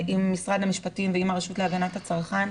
עם משרד המשפטים ועם הרשות להגנת הצרכן,